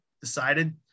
decided